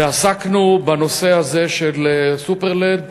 ועסקנו בנושא הזה של "סופרלנד"